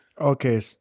okay